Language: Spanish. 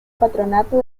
patronato